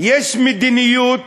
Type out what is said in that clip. יש מדיניות